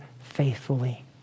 faithfully